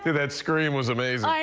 that scream was amazing.